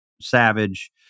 Savage